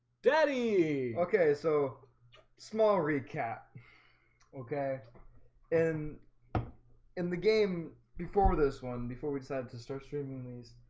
daddy okay, so small recap okay in in the game before this one before we said to start streaming these